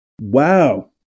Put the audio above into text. wow